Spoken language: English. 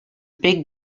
big